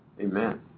Amen